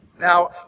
Now